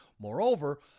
Moreover